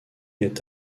est